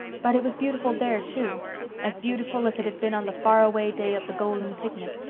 but it was beautiful there, too as beautiful as it had been on the faraway day of the golden picnic,